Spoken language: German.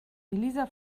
elisa